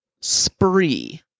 Spree